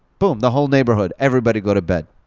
boom, the whole neighborhood, everybody go to bed.